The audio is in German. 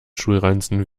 schulranzen